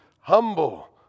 humble